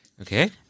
Okay